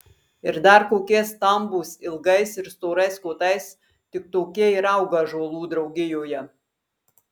ir dar kokie stambūs ilgais ir storais kotais tik tokie ir auga ąžuolų draugijoje